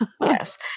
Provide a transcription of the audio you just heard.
Yes